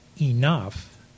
enough